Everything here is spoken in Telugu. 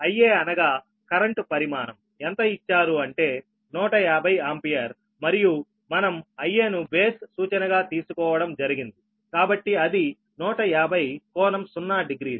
Ia అనగా కరెంటు పరిమాణం ఎంత ఇచ్చారు అంటే 150 ఆంపియర్ మరియు మనం Ia ను బేస్ సూచనగా తీసుకోవడం జరిగింది కాబట్టి అది 150 కోణం 0 డిగ్రీలు